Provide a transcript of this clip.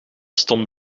stond